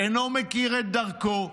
אינו מכיר את דרכו,